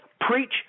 preach